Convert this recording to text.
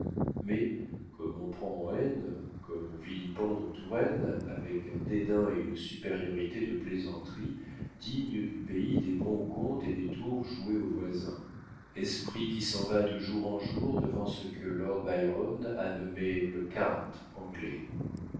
mais comme on prend en haine comme on vilipende en touraine avec un dédain et une supériorité de plaisanterie digne du pays des bons contes et des tours joués aux voisins esprit qui s'en va de jour en jour devant ce que lord byron a nommé le cant anglais